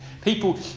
People